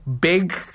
big